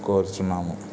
కోరుచున్నాము